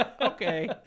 Okay